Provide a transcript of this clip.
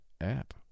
app